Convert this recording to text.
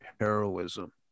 Heroism